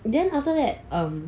then after that um